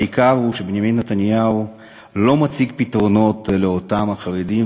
העיקר הוא שבנימין נתניהו לא מציג פתרונות לאותם החרדים,